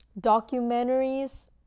documentaries